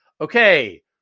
okay